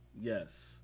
yes